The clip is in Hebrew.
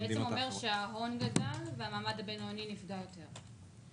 אתה בעצם אומר שההון גדל והמעמד הבינוני נפגע יותר.